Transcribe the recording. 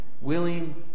willing